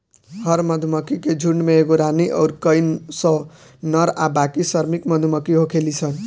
हर मधुमक्खी के झुण्ड में एगो रानी अउर कई सौ नर आ बाकी श्रमिक मधुमक्खी होखेली सन